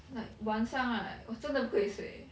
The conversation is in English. like 晚上 right 我真的不可以谁 eh